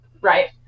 right